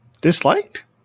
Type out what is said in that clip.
disliked